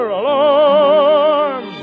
alarm